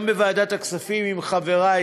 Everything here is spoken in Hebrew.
גם בוועדת הכספים עם חברי,